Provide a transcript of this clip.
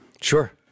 Sure